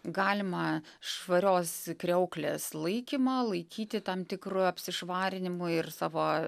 galima švarios kriauklės laikymą laikyti tam tikru apsišvarinimu ir savo